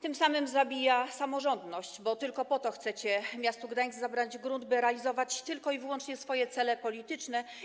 Tym samym zabija samorządność, bo tylko po to chcecie miastu Gdańsk zabrać grunt, by realizować wyłącznie swoje cele polityczne.